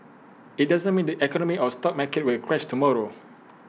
IT doesn't mean the economy or stock market will crash tomorrow